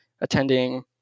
attending